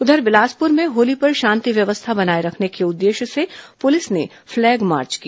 उधर बिलासपुर में होली पर शांति व्यवस्था बनाए रखने के उद्देश्य से पुलिस ने फ्लैग मार्च किया